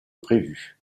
prévu